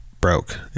broke